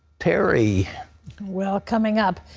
terry well, coming up,